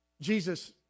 Jesus